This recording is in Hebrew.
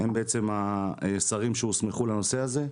הם השרים שהוסמכו לנושא הזה.